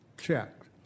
checked